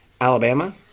Alabama